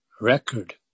record